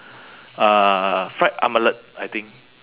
uh fried omelette I think